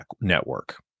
network